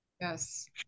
Yes